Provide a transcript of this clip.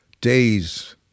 days